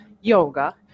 yoga